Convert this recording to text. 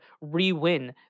re-win